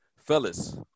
Fellas